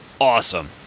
awesome